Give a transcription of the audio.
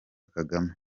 kagame